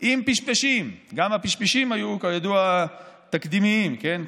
עם פשפשים, גם הפשפשים היו כידוע תקדימיים, כן?